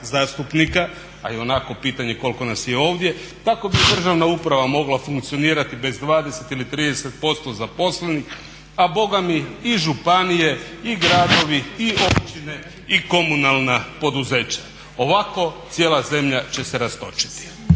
a i onako je pitanje koliko nas je ovdje tako bi državna uprava mogla funkcionirati bez 20 ili 30% zaposlenih a bogami i županije, i gradovi, i općine i komunalna poduzeća. Ovako cijela zemlja će se rastočiti.